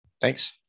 Thanks